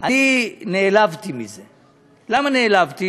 אני נעלבתי מזה, למה נעלבתי?